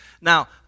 Now